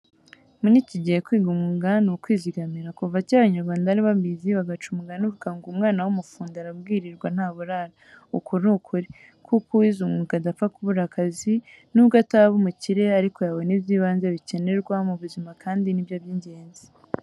Muri iki gihe kwiga umwuga ni ukwizigamira. Kuva cyera abanyarwanda bari babizi, bagaca umugani uvuga ngo: ''Umwana w'umufundi arabwirirwa ntaburara.'' Uko ni ukuri, kuko uwize umwuga adapfa kubura akazi, n'ubwo ataba umukire ariko yabona iby'ibanze bikenerwa mu buzima, kandi ni byo by'ingenzi.